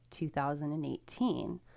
2018